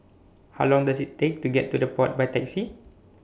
How Long Does IT Take to get to The Pod By Taxi